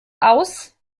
aus